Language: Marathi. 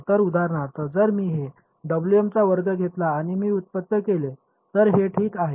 तर उदाहरणार्थ जर मी हे चा वर्ग घेतला आणि मी व्युत्पन्न केले तर हे ठीक आहे